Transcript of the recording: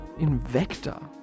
Invector